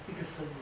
一个声音